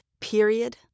Period